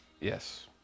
Yes